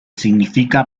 significa